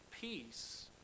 peace